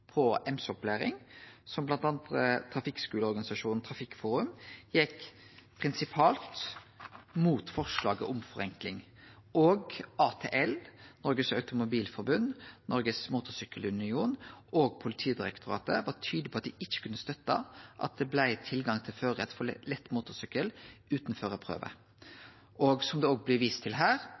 på MC-opplæring, som bl.a. trafikkskuleorganisasjonen Trafikkforum, gjekk prinsipalt mot forslaget om forenkling, og ATL, Norges Automobil-Forbund, Norsk Motorcykkel Union og Politidirektoratet var tydelege på at dei ikkje kunne støtte at det blei tilgang til førarrett for lett motorsykkel utan førarprøve. Som det òg blir vist til her,